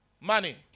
money